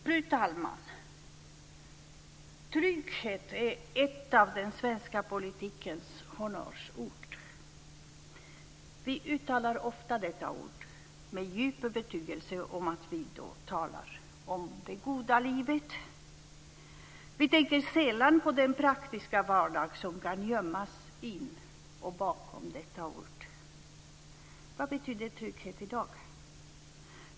Fru talman! Trygghet är ett av den svenska politikens honnörsord. Vi uttalar ofta detta ord med djup övertygelse om att vi då talar om det goda livet. Vi tänker sällan på den praktiska vardag som kan gömmas i och bakom detta ord. Vad betyder trygghet i dag?